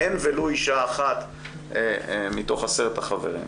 אין ולו אישה אחת מתוך עשרת החברים?